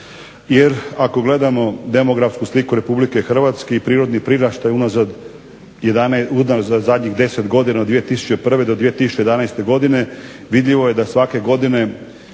Jer ako gledamo demografsku sliku RH i prirodni priraštaj unazad zadnjih 10 godina od 2001. do 2011. godine vidljivo je da svake godine